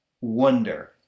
wonder